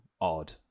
odd